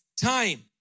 time